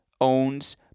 owns